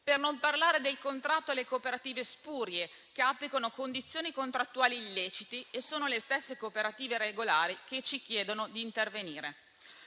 per non parlare del contratto alle cooperative spurie, che applicano condizioni contrattuali illecite e sono le stesse cooperative regolari che ci chiedono di intervenire.